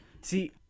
See